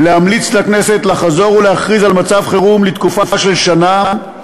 להמליץ לכנסת לחזור ולהכריז על מצב חירום לתקופה של שנה,